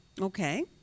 Okay